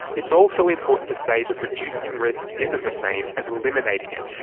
it's also important to say that reducing risk isn't the same as eliminating it.